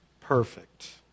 perfect